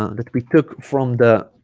and that we took from the ah